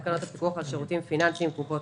תקנות הפיקוח על שירותים פיננסיים קופות